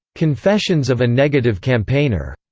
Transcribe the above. confessions of a negative campaigner,